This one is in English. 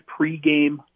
pregame